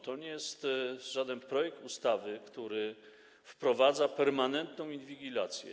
To nie jest żaden projekt ustawy, który wprowadza permanentną inwigilację.